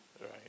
right